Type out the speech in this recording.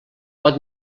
pot